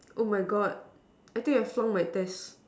oh my God I think I flunk my test